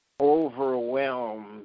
overwhelmed